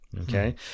Okay